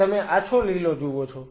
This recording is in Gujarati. તમે આછો લીલો જુઓ છો